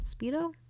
Speedo